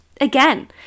Again